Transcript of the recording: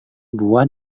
buah